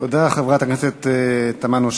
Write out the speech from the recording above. תודה, חברת הכנסת תמנו-שטה.